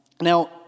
Now